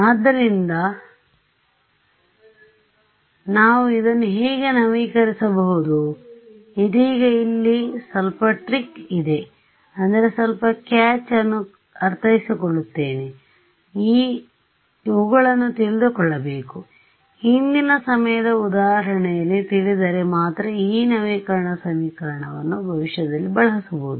ಆದ್ದರಿಂದ ನಾವು ಇದನ್ನು ಹೇಗೆ ನವೀಕರಿಸಬಹುದು ಇದೀಗ ಇಲ್ಲಿ ಸ್ವಲ್ಪ ಟ್ರಿಕ್ ಇದೆ ಅಂದರೆ ಸ್ವಲ್ಪ ಕ್ಯಾಚ್ ಅನ್ನು ಅರ್ಥೈಸಿಕೊಳ್ಳುತ್ತೇನೆನಾನು ಈ ಇವುಗಳನ್ನು ತಿಳಿದುಕೊಳ್ಳಬೇಕು ಹಿಂದಿನ ಸಮಯದ ಉದಾಹರಣೆಯಲ್ಲಿ ತಿಳಿದಿದ್ದರೆ ಮಾತ್ರ ಈ ನವೀಕರಣ ಸಮೀಕರಣವನ್ನು ಭವಿಷ್ಯದಲ್ಲಿ ಬಳಸಬಹುದು